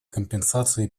компенсации